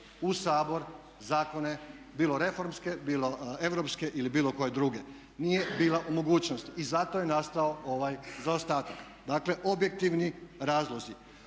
u Sabor zakone bilo reformske, bilo europske ili bilo koje druge, nije bila u mogućnosti i zato je nastao ovaj zaostatak. Dakle, objektivni razlozi.